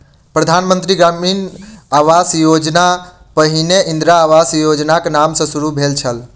प्रधान मंत्री ग्रामीण आवास योजना पहिने इंदिरा आवास योजनाक नाम सॅ शुरू भेल छल